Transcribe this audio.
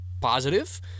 positive